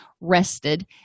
rested